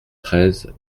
treize